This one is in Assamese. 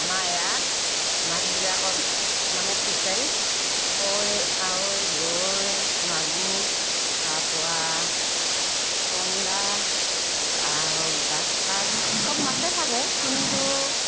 আমাৰ এয়া মাছবিলাকত মানে ফিচাৰী কৈ কাৱৈ গৰৈ মাগুৰ তাৰপৰা চন্দা আৰু গাচকাপ চব মাছে থাকে কিন্তু